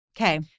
Okay